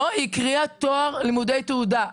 לא, היא הקריאה תואר, לימודי תעודה.